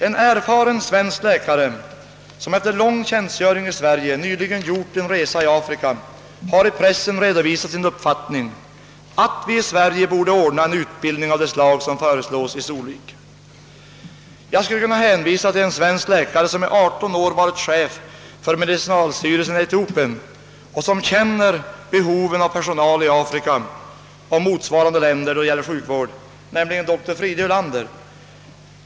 En erfaren svensk läkare, som efter lång tjänstgöring i Sverige nyligen gjort en resa i Afrika, har i pressen vitsordat, att vi i Sverige borde ordna en utbildning av det slag som planeras i Solvik. Jag kan även hänvisa till en svensk läkare, som under 18 år varit chef för medicinalstyrelsen i Etiopien och som känner till behovet av sjukvårdspersonal i Afrika och i tropiska länder över huvud taget, nämligen dr Fride Hylander.